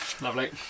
Lovely